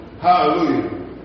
Hallelujah